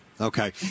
Okay